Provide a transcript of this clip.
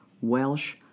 Welsh